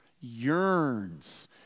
yearns